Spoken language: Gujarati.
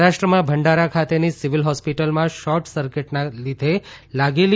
મહારાષ્ટ્રમાં ભંડારા ખાતેની સીવીલ હોસ્પિટલમાં શોર્ટ સર્કીટના લીઘે લાગેલી